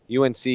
UNC